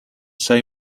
say